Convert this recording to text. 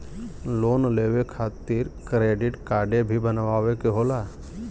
Loan लेवे खातिर credit काडे भी बनवावे के होला?